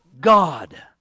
God